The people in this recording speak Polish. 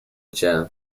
cię